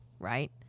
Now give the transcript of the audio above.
Right